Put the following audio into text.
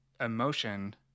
emotion